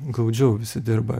glaudžiau visi dirba